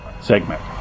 segment